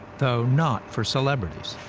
though not for celebrities.